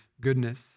goodness